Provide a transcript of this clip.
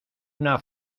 una